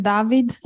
David